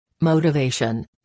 motivation